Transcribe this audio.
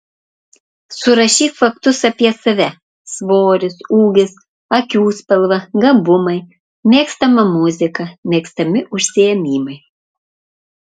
surašyk faktus apie save svoris ūgis akių spalva gabumai mėgstama muzika mėgstami užsiėmimai